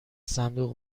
صندوق